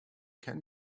can